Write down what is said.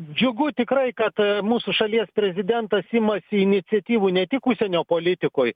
džiugu tikrai kad mūsų šalies prezidentas imasi iniciatyvų ne tik užsienio politikoj